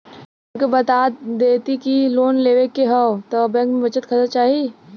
हमके बता देती की लोन लेवे के हव त बैंक में बचत खाता चाही?